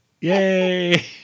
Yay